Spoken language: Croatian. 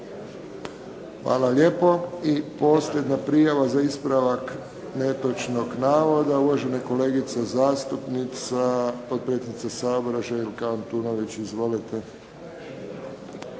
Hvala lijepo. I posljednja prijava za ispravak netočnog navoda, uvažena kolegica zastupnica, potpredsjednica Sabora, Željka Antunović. Izvolite.